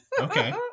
okay